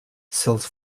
sells